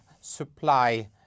supply